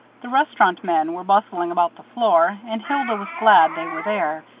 the restaurant men were bustling about the floor and hilda was glad they were there,